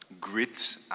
grit